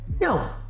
No